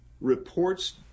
reports